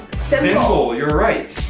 symbol, you're right.